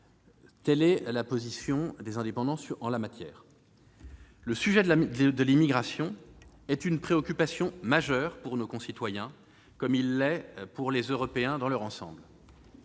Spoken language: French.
telle est la position du groupe Les Indépendants. Le sujet de l'immigration est une préoccupation majeure pour nos concitoyens, comme il l'est pour les Européens dans leur ensemble.